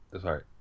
Sorry